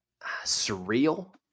surreal